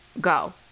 go